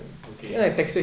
okay